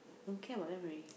don't care about them already